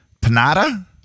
Panada